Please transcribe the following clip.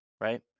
right